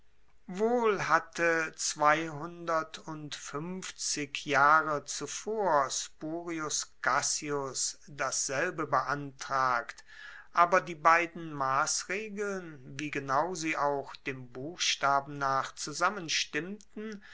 wohl hatte zweihundertundfuenfzig jahre zuvor spurius cassius dasselbe beantragt aber die beiden massregeln wie genau sie auch dem buchstaben nach